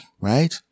right